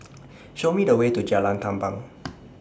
Show Me The Way to Jalan Tampang